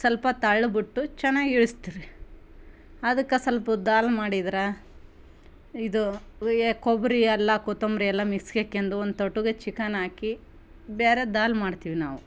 ಸ್ವಲ್ಪ ತಳ ಬಿಟ್ಟು ಚೆನ್ನಾಗಿ ಇಳಿಸ್ತೀರಿ ಅದಕ್ಕೆ ಸ್ವಲ್ಪ ದಾಲ್ ಮಾಡಿದ್ರೆ ಇದು ಕೊಬ್ಬರಿ ಎಲ್ಲ ಕೊತ್ತಂಬ್ರಿ ಎಲ್ಲ ಮಿಕ್ಸಿಗೆ ಹ್ಯಾಕೆಂಡು ಒಂದು ತೊಟ್ಗ ಚಿಕನ್ ಹಾಕಿ ಬೇರೆ ದಾಲ್ ಮಾಡ್ತೀವಿ ನಾವು